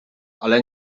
ale